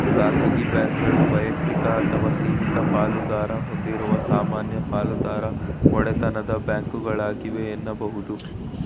ಖಾಸಗಿ ಬ್ಯಾಂಕ್ಗಳು ವೈಯಕ್ತಿಕ ಅಥವಾ ಸೀಮಿತ ಪಾಲುದಾರ ಹೊಂದಿರುವ ಸಾಮಾನ್ಯ ಪಾಲುದಾರ ಒಡೆತನದ ಬ್ಯಾಂಕ್ಗಳಾಗಿವೆ ಎನ್ನುಬಹುದು